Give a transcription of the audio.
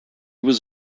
was